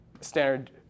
standard